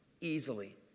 easily